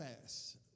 fast